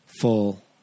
full